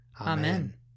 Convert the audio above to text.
Amen